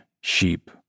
sheep